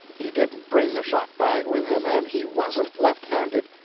he didn't bring a shot-bag with him, and he wasn't left-handed.